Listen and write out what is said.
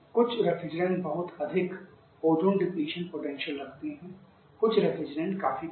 कुछ रेफ्रिजरेट बहुत अधिक ozone depletion potential रखते हैं कुछ रेफ्रिजरेटर काफी कम